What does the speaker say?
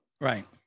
Right